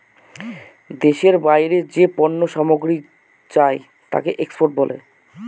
দেশের বাইরে যে পণ্য সামগ্রী যায় তাকে এক্সপোর্ট বলে